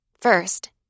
First